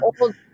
old